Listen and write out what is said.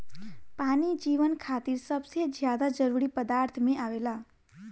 पानी जीवन खातिर सबसे ज्यादा जरूरी पदार्थ में आवेला